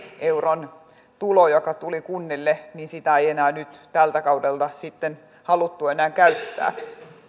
euron tuloa joka tuli kunnille ei enää tältä kaudelta sitten haluttu käyttää